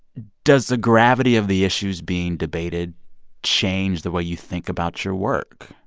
does the gravity of the issues being debated change the way you think about your work?